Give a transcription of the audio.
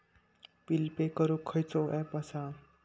Bill pay करूक खैचो app असा?